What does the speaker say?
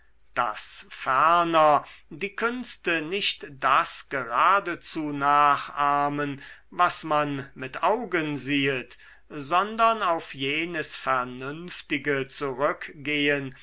daß ferner die künste nicht das geradezu nachahmen was man mit augen siehet sondern auf jenes vernünftige zurückgehen